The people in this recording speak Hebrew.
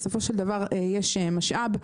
בסופו של דבר יש משאב,